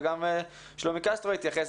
וגם שלומי קסטרו התייחס,